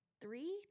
three